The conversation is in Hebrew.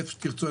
איפה שתרצו.